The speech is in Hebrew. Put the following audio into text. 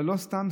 אבל לא סתם,